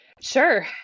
Sure